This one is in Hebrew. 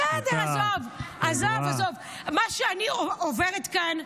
עזוב, עזוב, מה שאני עוברת כאן,